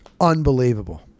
unbelievable